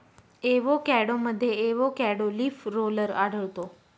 एवोकॅडोमध्ये avocado leaf roller आढळतो